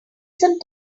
some